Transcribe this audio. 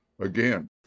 Again